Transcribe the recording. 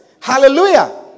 Hallelujah